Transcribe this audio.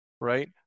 right